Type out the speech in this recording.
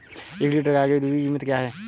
एक लीटर गाय के दूध की कीमत क्या है?